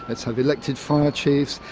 let's have elected fire chiefs,